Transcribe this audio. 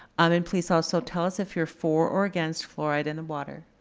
um and please also tell us if you're for or against fluoride in the water.